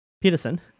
Peterson